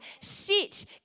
sit